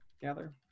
gather